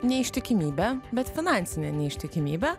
neištikimybę bet finansinę neištikimybę